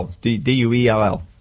D-U-E-L-L